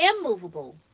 immovable